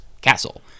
castle